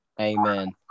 Amen